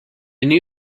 new